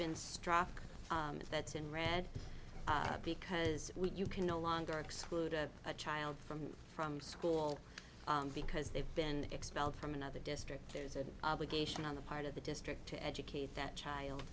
been struck that's in red because you can no longer exclude a child from from school because they've been expelled from another district there's an obligation on the part of the district to educate that child